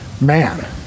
Man